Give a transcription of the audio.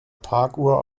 parkuhr